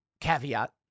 caveat